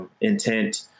intent